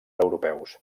europeus